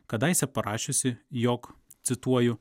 kadaise parašiusi jog cituoju